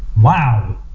Wow